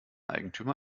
eigentümer